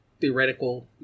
theoretical